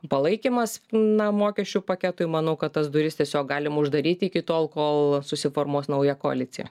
palaikymas na mokesčių paketui manau kad tas duris tiesiog galim uždaryti iki tol kol susiformuos nauja koalicija